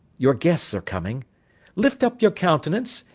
your guests are coming lift up your countenance,